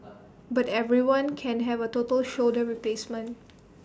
but everyone can have A total shoulder replacement